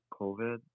COVID